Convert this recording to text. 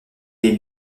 des